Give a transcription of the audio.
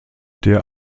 der